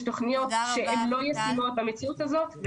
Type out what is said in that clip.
יש תכניות שהן לא ישימות במציאות הזאת,